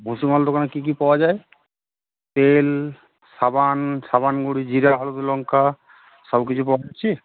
বসু মাল দোকানে কী কী পাওয়া যায় তেল সাবান সাবান গুড়ি জিরা হলুদ লঙ্কা সব কিছু পাওয়া যাচ্ছে